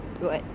what